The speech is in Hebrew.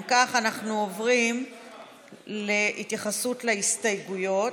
אם כך, אנחנו עוברים להתייחסות להסתייגויות.